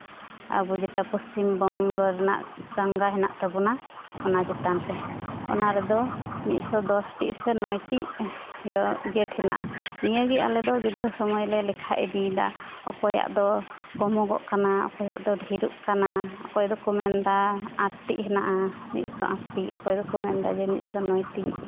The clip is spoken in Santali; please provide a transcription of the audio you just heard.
ᱟᱵᱚ ᱡᱮᱴᱟ ᱯᱚᱥᱪᱤᱢ ᱵᱚᱝᱜᱚ ᱨᱮᱱᱟᱜ ᱜᱚᱝᱜᱟ ᱦᱮᱱᱟᱜ ᱛᱟᱵᱚᱱᱟ ᱚᱱᱟ ᱪᱮᱛᱟᱱ ᱨᱮ ᱚᱱᱟ ᱨᱮᱫᱚ ᱢᱤᱫ ᱥᱚ ᱫᱚᱥ ᱴᱤ ᱥᱮ ᱱᱚᱭ ᱴᱤ ᱜᱮᱹᱴ ᱦᱮᱱᱟᱜᱼᱟ ᱱᱤᱭᱟᱹ ᱜᱮ ᱟᱞᱮ ᱫᱚ ᱜᱤᱫᱽᱨᱟᱹ ᱥᱚᱢᱚᱭ ᱞᱮ ᱞᱮᱠᱷᱟ ᱤᱫᱤᱭᱮᱫᱟ ᱚᱠᱚᱭᱟᱜ ᱫᱚ ᱠᱚᱢᱚᱜᱚᱜ ᱠᱟᱱᱟ ᱚᱠᱚᱭᱟᱜ ᱫᱚ ᱰᱷᱮᱨᱚᱜ ᱠᱟᱱᱟ ᱚᱠᱚᱭ ᱫᱚᱠᱚ ᱢᱮᱱᱫᱟ ᱟᱴ ᱴᱤ ᱦᱮᱱᱟᱜᱼᱟ ᱢᱤᱫ ᱥᱚ ᱟᱴ ᱴᱤ ᱚᱠᱚᱭ ᱫᱚᱠᱚ ᱢᱮᱱᱫᱟ ᱢᱤᱫ ᱥᱚ ᱱᱚᱭ ᱴᱤ